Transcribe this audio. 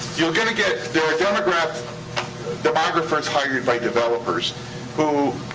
you're gonna get demographers demographers hired by developers who,